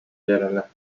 järele